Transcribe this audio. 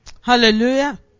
Hallelujah